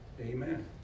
Amen